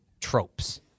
tropes